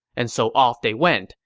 and so off they went.